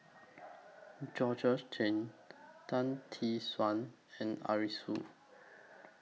Georgette Chen Tan Tee Suan and Arasu